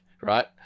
right